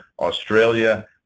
Australia